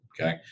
Okay